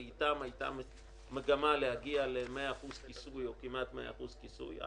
ואתן הייתה מגמה להגיע ל-100% כיסוי או כמעט 100% כיסוי.